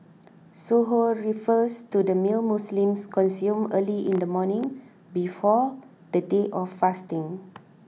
suhoor refers to the meal Muslims consume early in the morning before the day of fasting